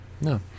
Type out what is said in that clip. no